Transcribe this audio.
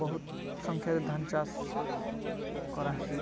ବହୁତ ସଂଖ୍ୟାରେ ଧାନ୍ ଚାଷ୍ କରାସି